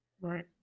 Right